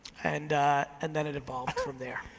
and and then it evolved from there.